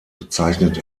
bezeichnet